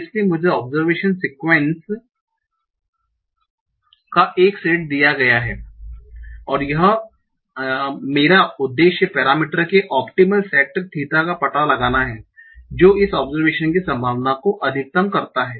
इसलिए मुझे observation sequence का एक सेट दिया गया है और मेरा उद्देश्य पेरामीटर के ओप्टिमल सेट थीटा का पता लगाना है जो इस आब्ज़र्वैशन की संभावना को अधिकतम करता हैं